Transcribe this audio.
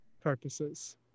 purposes